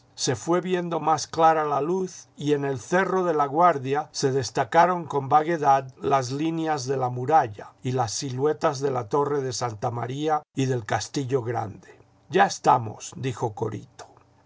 se fué viendo más clara la luz y en el cerro de laguardia se destacaron con vaguedad las líneas de la muralla y las siluetas de la torre de santa maría y del castillo grande ya estamos dijo corito